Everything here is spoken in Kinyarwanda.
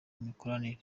imikoranire